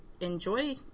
enjoy